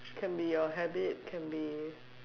can be your habit can be